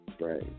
Right